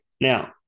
Now